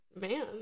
man